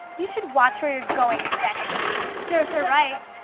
you should watch where you're going, bexley. serves her right.